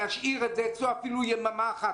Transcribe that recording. להשאיר את זה אצלו אפילו יממה אחת.